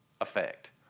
effect